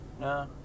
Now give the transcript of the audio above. No